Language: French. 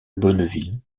bonneville